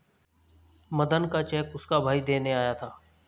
मदन का चेक उसका भाई देने आया था